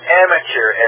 amateur